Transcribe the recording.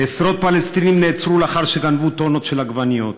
עשרות פלסטינים נעצרו לאחר שגנבו טונות של עגבניות,